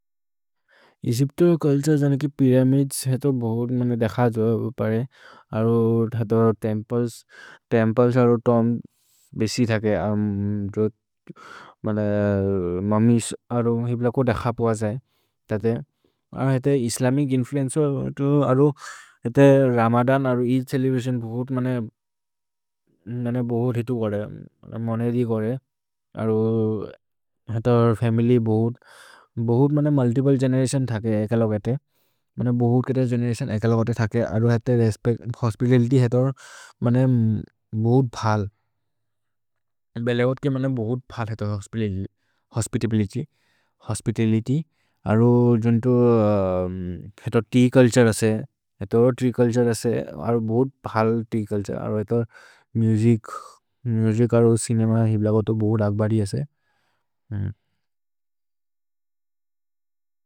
Egypt culture जनकि pyramids हेतो बहुत् मने देख जो उपरे अरो हेतो तेम्पेल्स्। तेम्पेल्स् अरो तेर्म् बेसि थके ममिस् अरो हिप्लको देख पोअ जये तते, अरो हेते इस्लमिच् इन्फ्लुएन्चे हो। अरो हेते रमदन् अरो एइद् चेलेब्रतिओन् बहुत् मने मने बहुत् हितु गरे। मने दि गरे अरो हेतो फमिल्य् बहुत्, बहुत् मने मुल्तिप्ले गेनेरतिओन् थके एकलोगते मने बहुत् केते गेनेरतिओन् एकलोगते थके। अरो हेते रेस्पेच्त् होस्पितलित्य् हेतो मने बहुत् भल् बेलेगोत् के मने बहुत् भल् हेतो होस्पितलित्य् होस्पितलित्य्। अरो जुन्तो हेतो तेअ चुल्तुरे असे हेतो तेअ चुल्तुरे असे, अरो बहुत् भल् तेअ चुल्तुरे अरो हेतो मुसिच्। मुसिच् अरो चिनेम हिप्लको तो बहुत् अक्बरि असे।